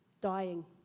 dying